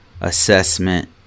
assessment